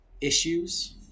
issues